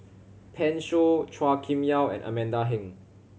Pan Shou Chua Kim Yeow and Amanda Heng